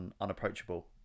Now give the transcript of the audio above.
unapproachable